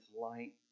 light